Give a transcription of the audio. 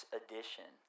edition